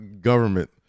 government